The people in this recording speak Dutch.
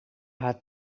haar